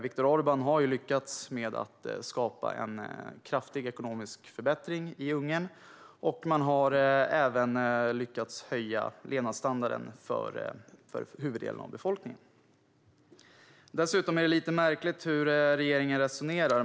Viktor Orbán har lyckats skapa en kraftig ekonomisk förbättring i Ungern, och man har även lyckats höja levnadsstandarden för huvuddelen av befolkningen. Det är dessutom lite märkligt hur regeringen resonerar.